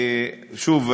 שוב,